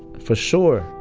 for sure.